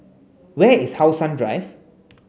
where is How Sun Drive